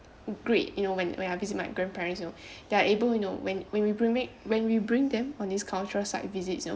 great you know when when I visit my grandparents you know they are able you know when when we bring back when we bring them on this cultural site visits you know